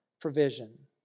provision